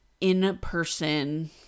in-person